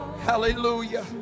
Hallelujah